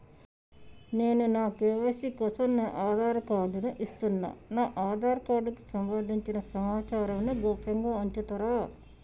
నేను నా కే.వై.సీ కోసం నా ఆధార్ కార్డు ను ఇస్తున్నా నా ఆధార్ కార్డుకు సంబంధించిన సమాచారంను గోప్యంగా ఉంచుతరా?